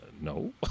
no